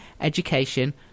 education